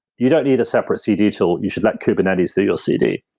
you don't need a separate cd tool, you should let kubernetes do your cd.